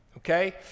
Okay